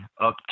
up